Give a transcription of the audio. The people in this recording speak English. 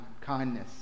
kindness